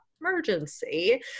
emergency